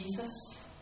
Jesus